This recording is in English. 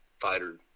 fighter –